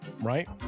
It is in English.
right